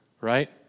right